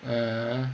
uh